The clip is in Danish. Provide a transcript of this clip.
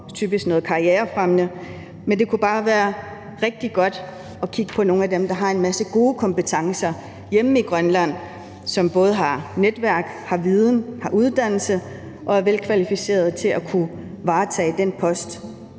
til noget karrierefremmende, men det kunne bare være rigtig godt at kigge på nogle af dem, der har en masse gode kompetencer hjemme i Grønland, som både har netværk, har viden, har uddannelse og er velkvalificeret til at varetage den post,